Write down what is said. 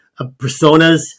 personas